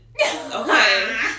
Okay